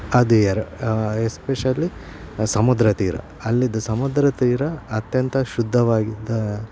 ಅದೇ ಎರ್ ಎಸ್ಪೆಶಲಿ ಸಮುದ್ರ ತೀರ ಅಲ್ಲಿದು ಸಮುದ್ರ ತೀರ ಅತ್ಯಂತ ಶುದ್ಧವಾಗಿದ್ದ